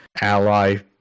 Ally